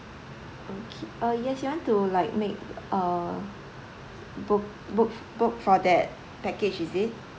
okay uh yes you want to like make a book book book for that package is it